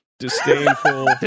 Disdainful